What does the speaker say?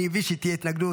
אני מבין שתהיה התנגדות,